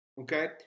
Okay